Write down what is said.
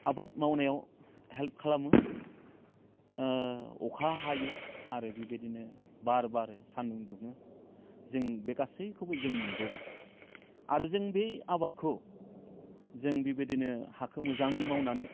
आबाद मावनायाव हेल्प खालामो अखा हायो आरो बिबायदिनो बार बारो सान्दुं दुङो जों बे गासैखौबो जों मोनजोबो आरो जों बे आबादखौ जों बिबायदिनो हाखो मोजां मावनानै